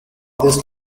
this